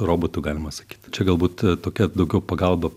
robotu galima sakyt čia galbūt tokia daugiau pagalba